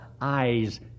eyes